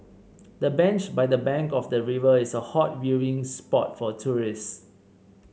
the bench by the bank of the river is a hot viewing spot for tourists